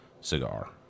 cigar